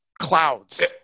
clouds